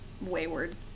wayward